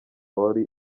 wari